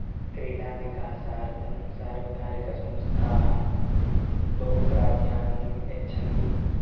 क्रीडाविकासार्थं सार्वकारिकसंस्थाः बहु प्राधान्यं यच्छन्ति